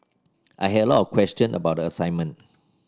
I had a lot question about the assignment